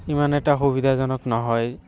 ইমান এটা সুবিধাজনক নহয়